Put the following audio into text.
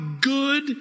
good